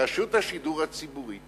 רשות השידור הציבורית